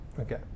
Okay